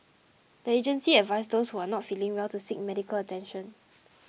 the agency advised those who are not feeling well to seek medical attention